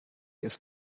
ist